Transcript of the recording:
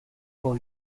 will